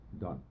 done